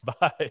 Bye